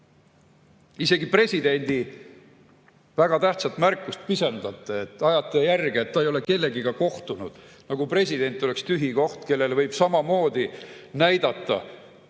Isegi presidendi väga tähtsat märkust pisendate, ajate järge, et ta ei ole kellegagi kohtunud. Nagu president oleks tühi koht, kellele võib samamoodi näidata